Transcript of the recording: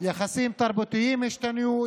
יחסים תרבותיים השתנו,